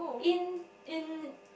in in